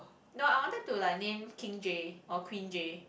no I wanted to like name king J or queen J